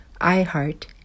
iHeart